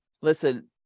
Listen